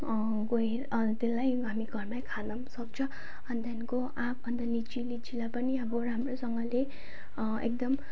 गई त्यसलाई हामी घरमै खाना सक्छ अनि त्यहाँको आँप अन्त लिची लिचीलाई पनि अब राम्रोसँगले एकदम